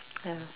ya